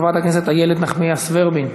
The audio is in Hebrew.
חברת הכנסת איילת נחמיאס ורבין,